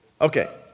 Okay